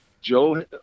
Joe